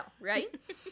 Right